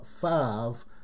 five